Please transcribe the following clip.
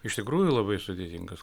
iš tikrųjų labai sudėtingas